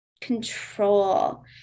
control